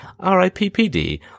RIPPD